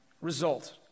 result